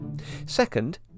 Second